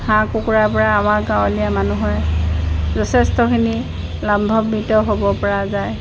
হাঁহ কুকুুৰাৰ পৰা আমাৰ গাঁৱলীয়া মানুহে যথেষ্টখিনি লাভম্বিত হ'ব পৰা যায়